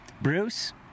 Bruce